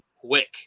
quick